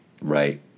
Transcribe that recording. Right